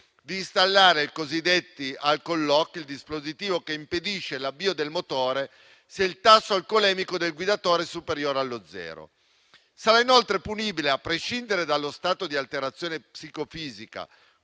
di installare i cosiddetti alcolock, ossia il dispositivo che impedisce l'avvio del motore se il tasso alcolemico del guidatore è superiore allo zero. Sarà inoltre punibile, a prescindere dallo stato di alterazione psicofisica,